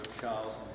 Charles